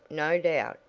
no doubt,